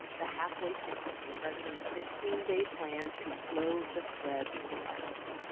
the halfway point in the president's fifteen day plan to slow the spread of the virus.